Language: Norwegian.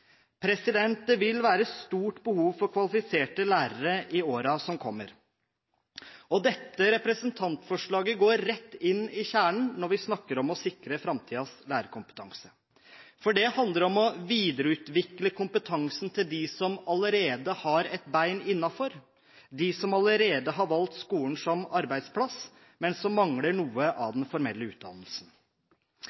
kompetanse. Det vil være stort behov for kvalifiserte lærere i årene som kommer. Dette representantforslaget går rett inn til kjernen når vi snakker om å sikre framtidens lærerkompetanse. Det handler om å videreutvikle kompetansen hos dem som allerede har et ben innenfor, hos dem som allerede har valgt skolen som arbeidsplass, men som mangler noe av